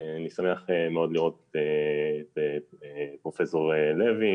אני שמח מאוד לראות את פרופסור לוי,